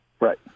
Right